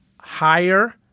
higher